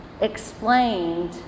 explained